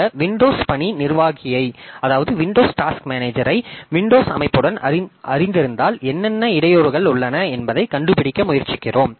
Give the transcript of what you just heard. இந்த விண்டோஸ் பணி நிர்வாகியை விண்டோஸ் அமைப்புடன் அறிந்திருந்தால் என்னென்ன இடையூறுகள் உள்ளன என்பதைக் கண்டுபிடிக்க முயற்சிக்கிறோம்